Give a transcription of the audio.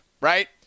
right